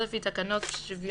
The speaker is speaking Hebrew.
או לפי תקנות שוויון